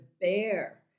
bear